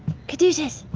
caduceus,